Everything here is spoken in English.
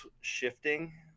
shifting